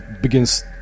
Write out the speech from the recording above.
begins